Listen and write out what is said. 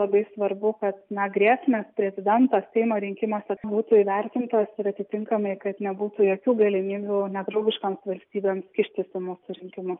labai svarbu kad na grėsmės prezidento seimo rinkimuose būtų įvertintos ir atitinkamai kad nebūtų jokių galimybių nedraugiškoms valstybėms kištis į mūsų rinkimus